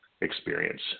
experience